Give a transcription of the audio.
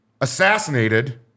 assassinated